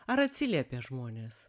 ar atsiliepė žmonės